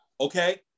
Okay